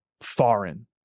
foreign